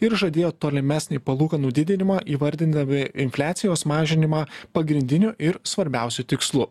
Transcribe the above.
ir žadėjo tolimesnį palūkanų didinimą įvardindami infliacijos mažinimą pagrindiniu ir svarbiausiu tikslu